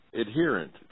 adherent